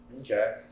okay